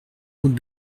route